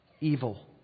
evil